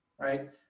right